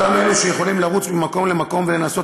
אותם אלה שיכולים לרוץ ממקום למקום ולנסות